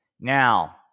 Now